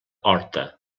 horta